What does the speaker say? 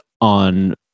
on